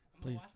Please